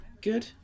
good